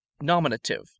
nominative